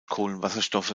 kohlenwasserstoffe